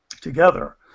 together